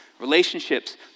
relationships